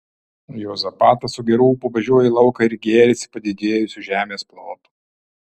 juozapatas su geru ūpu važiuoja į lauką ir gėrisi padidėjusiu žemės plotu